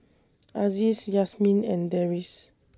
Aziz Yasmin and Deris